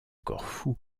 corfou